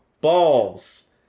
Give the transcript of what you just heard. balls